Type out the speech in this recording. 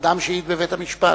אדם שהעיד בבית-המשפט.